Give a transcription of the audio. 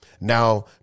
Now